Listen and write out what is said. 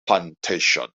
plantation